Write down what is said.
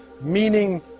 meaning